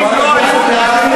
חבר הכנסת חיליק בר,